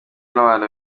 nabantu